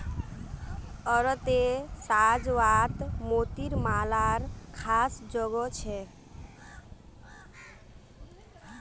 औरतेर साज्वात मोतिर मालार ख़ास जोगो छे